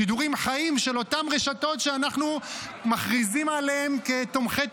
שידורים חיים של אותן רשתות שאנחנו מכריזים עליהן כתומכות